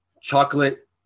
chocolate